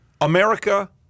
America